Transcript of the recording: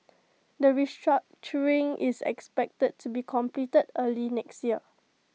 the restructuring is expected to be completed early next year